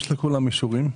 יש לכולם אישורים.